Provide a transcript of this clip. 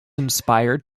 inspired